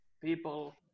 people